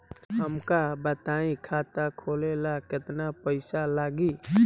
हमका बताई खाता खोले ला केतना पईसा लागी?